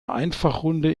einfachrunde